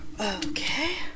Okay